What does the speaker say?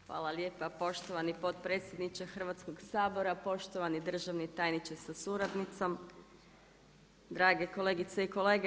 Hvala lijepa poštovani potpredsjedniče Hrvatskog sabora, poštovani državni tajniče sa suradnicom, drage kolegice i kolege.